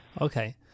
Okay